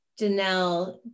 Danelle